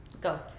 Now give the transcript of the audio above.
Go